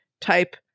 type